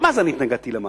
גם אז אני התנגדתי למהלך.